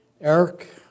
Eric